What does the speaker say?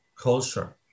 culture